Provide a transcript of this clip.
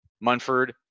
Munford